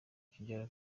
tidjara